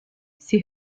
sie